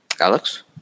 Alex